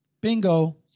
bingo